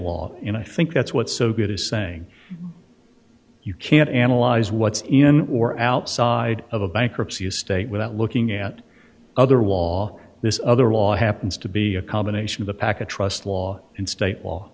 law and i think that's what's so good as saying you can't analyze what's in or outside of a bankruptcy estate without looking at other wall all this other law happens to be a combination of the package trust law and state law